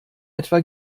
etwa